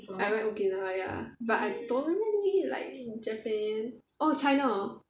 I went okinawa ya but I don't really like japan orh china